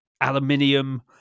aluminium